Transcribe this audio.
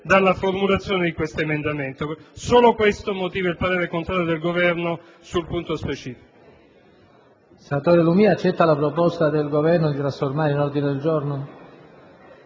dalla formulazione di questo emendamento. Solo questo motiva il parere contrario del Governo sul punto specifico.